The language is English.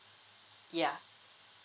yeah